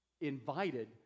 invited